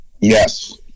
Yes